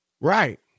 Right